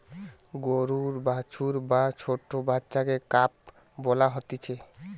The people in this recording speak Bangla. গরুর বাছুর বা ছোট্ট বাচ্চাকে কাফ বলা হতিছে